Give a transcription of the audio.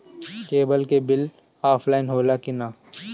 Cable के bill offline होला कि ना?